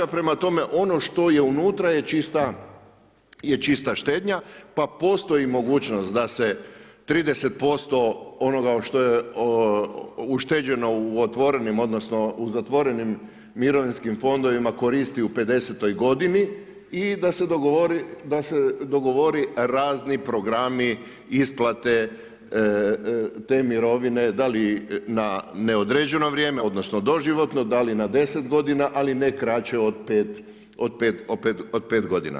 Prema tome, ono što je unutra je čista štednja pa postoji mogućnost da se 30% onoga što je ušteđeno u otvorenim, odnosno u zatvorenim mirovinskim fondovima koristi u pedesetoj godini i da se dogovori razni programi isplate te mirovine da li na neodređeno vrijeme, odnosno doživotno, da li na deset godina ali ne kraće od pet godina.